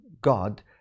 God